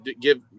give